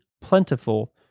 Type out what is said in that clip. plentiful